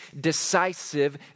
decisive